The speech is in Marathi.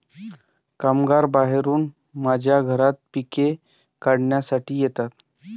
कामगार बाहेरून माझ्या घरात पिके काढण्यासाठी येतात